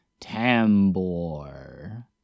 Tambor